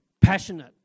passionate